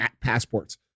passports